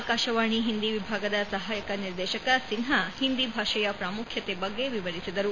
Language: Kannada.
ಆಕಾಶವಾಣಿ ಹಿಂದಿ ವಿಭಾಗದ ಸಹಾಯಕ ನಿರ್ದೇಶಕ ಸಿನ್ವಾ ಹಿಂದಿ ಭಾಷೆಯ ಪ್ರಾಮುಖ್ಯತೆ ಬಗ್ಗೆ ವಿವರಿಸಿದರು